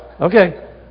Okay